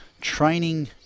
training